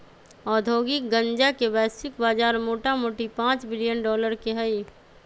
औद्योगिक गन्जा के वैश्विक बजार मोटामोटी पांच बिलियन डॉलर के हइ